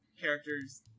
characters